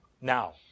Now